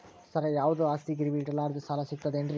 ಸರ, ಯಾವುದು ಆಸ್ತಿ ಗಿರವಿ ಇಡಲಾರದೆ ಸಾಲಾ ಸಿಗ್ತದೇನ್ರಿ?